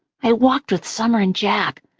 i walked with summer and jack,